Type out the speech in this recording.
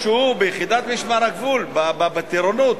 אף שביחידת משמר הגבול, בטירונות,